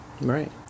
right